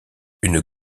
une